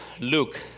Luke